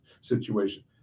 situation